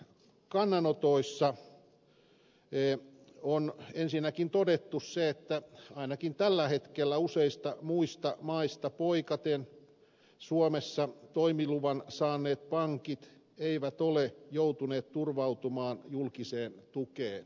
näissä valiokunnan kannanotoissa on ensinnäkin todettu se että ainakin tällä hetkellä useista muista maista poiketen suomessa toimiluvan saaneet pankit eivät ole joutuneet turvautumaan julkiseen tukeen